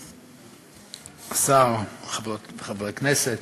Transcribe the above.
השר, חברי הכנסת,